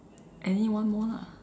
any one more lah